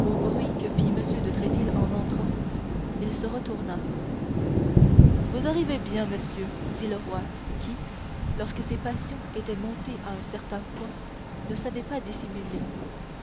au bruit que fit m de tréville en entrant il se retourna vous arrivez bien monsieur dit le roi qui lorsque ses passions étaient montées à un certain point ne savait pas dissimuler